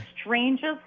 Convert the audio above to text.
strangest